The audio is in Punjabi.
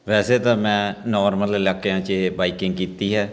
ਵੈਸੇ ਤਾਂ ਮੈਂ ਨੋਰਮਲ ਇਲਾਕਿਆਂ 'ਚ ਬਾਈਕਿੰਗ ਕੀਤੀ ਹੈ